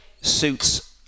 suits